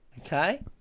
Okay